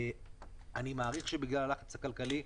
אני מעריך שבגלל הלחץ הכלכלי,